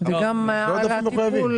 גם טיפול